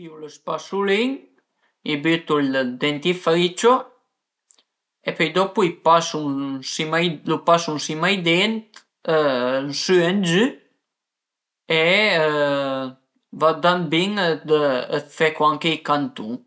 Pìu lë spasulin, i bütu ël dentifricio e pöi dopu i pasu, lu pasu ën sima ai dent ën sü e ë giü e vardand bin dë fe anche i cantun